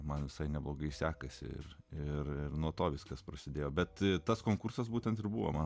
man visai neblogai sekasi ir nuo to viskas prasidėjo bet tas konkursas būtent ir buvo man